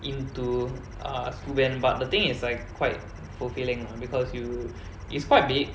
into ah school band but the thing is like quite fulfilling lah because you it's quite big